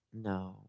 no